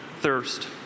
thirst